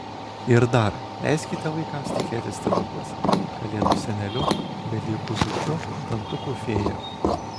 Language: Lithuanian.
ir dar leiskite vaikams tikėti stebuklais kalėdų seneliu velykų zuikiu dantukų fėja